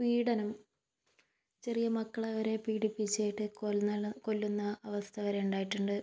പീഡനം ചെറിയ മക്കളെ വരെ പീഡിപ്പിച്ചിട്ട് കൊന്നള കൊല്ലുന്ന അവസ്ഥ വരെ ഉണ്ടായിട്ടുണ്ട്